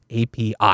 API